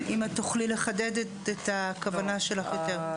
אם תוכלי לחדד את הכוונה שלך יותר.